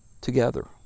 together